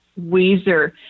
Weezer